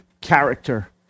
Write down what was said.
character